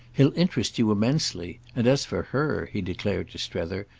he'll interest you immensely and as for her, he declared to strether,